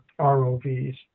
ROVs